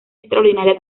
extraordinaria